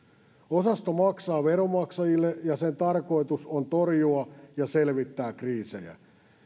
osasto maksaa veronmaksajille ja sen tarkoitus on torjua ja selvittää kriisejä